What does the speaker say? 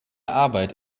arbeit